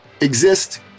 exist